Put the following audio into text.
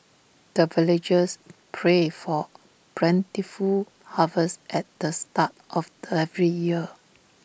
the villagers pray for plentiful harvest at the start of every year